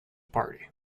party